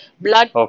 blood